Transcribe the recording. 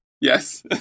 yes